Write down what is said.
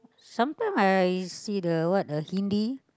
sometime I see the what uh Hindi